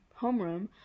homeroom